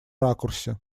ракурсе